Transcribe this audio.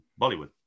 Bollywood